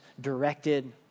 directed